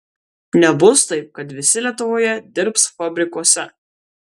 nebus taip kad visi lietuvoje dirbs fabrikuose